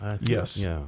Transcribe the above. Yes